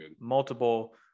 multiple